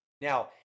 Now